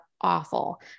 awful